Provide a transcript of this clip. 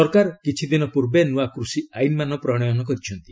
ସରକାର କିଛି ଦିନ ପୂର୍ବେ ନୂଆ କୃଷି ଆଇନମାନ ପ୍ରଶୟନ କରିଛନ୍ତି